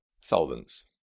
Solvents